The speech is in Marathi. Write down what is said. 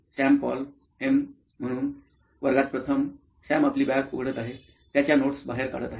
श्याम पॉल एमम्हणून वर्गात प्रथम सॅम आपली बॅग उघडत आहे त्याच्या नोट्स बाहेर काढत आहे